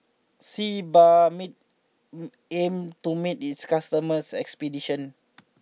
Sebamed aim to meet its customers' expectation